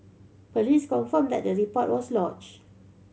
police confirmed that the report was